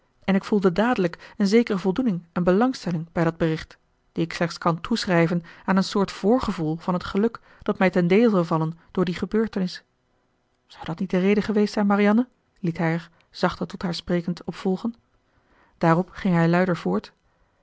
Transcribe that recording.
en ik voelde dadelijk een zekere voldoening en belangstelling bij dat bericht die ik slechts kan toeschrijven aan een soort voorgevoel van het geluk dat mij ten deel zou vallen door die gebeurtenis zou dat niet de reden geweest zijn marianne liet hij er zachter tot haar sprekend op volgen daarop ging hij luider voort